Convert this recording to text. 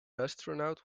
astronaut